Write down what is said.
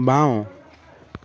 বাওঁ